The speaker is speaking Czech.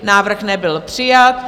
Návrh nebyl přijat.